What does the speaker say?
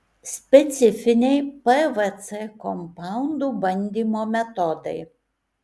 specifiniai pvc kompaundų bandymo metodai